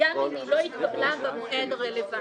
גם אם היא לא התקבלה במועד הרלוונטי.